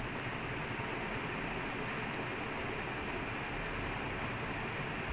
ya I okay lah I mean I would'nt err losing